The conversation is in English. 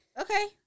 Okay